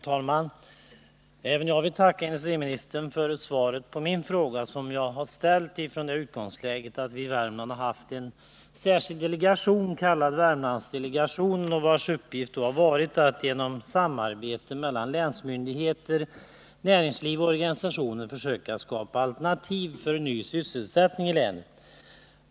Herr talman! Jag vill tacka industriministern för svaret också på min fråga, som jag har ställt från det utgångsläget att vi i Värmland haft en särskild delegation, den s.k. Värmlandsdelegationen, vars uppgift varit att genom samarbete mellan länsmyndigheter och näringslivets organisationer försöka skapa alternativ för ny sysselsättning i länet.